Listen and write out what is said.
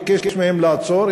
ביקש מהם לעצור,